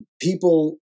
people